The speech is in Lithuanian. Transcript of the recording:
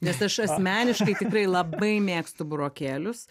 nes aš asmeniškai tikrai labai mėgstu burokėlius